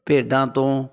ਭੇਡਾਂ ਤੋਂ